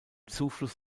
zufluss